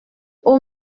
aux